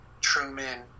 Truman